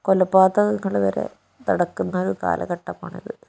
കൊലപാതകങ്ങള് വരെ നടക്കുന്നൊരു കാലഘട്ടമാണിത്